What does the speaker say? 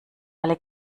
alle